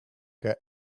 que